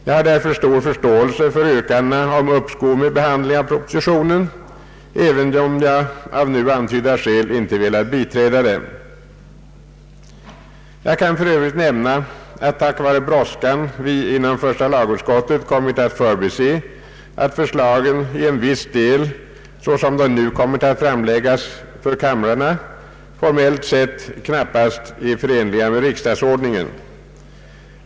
Jag har därför stor förståelse för yrkandena om uppskov med behandling av propositionen, även om jag av nu antydda skäl inte velat biträda dem. Jag kan för övrigt nämna att vi på grund av brådskan inom första lagutskottet kommit att förbise att förslagen i en viss del, så som de nu kommit att framläggas för kamrarna, formellt sett knappast är förenliga med riksdagsordningen.